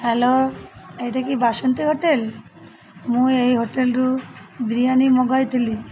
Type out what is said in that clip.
hello ଏଇଟା କି Basanti hotel ମୁଁ ଏଇ ହୋଟେଲରୁ ବିରିୟାନୀ ମଗାଇଥିଲି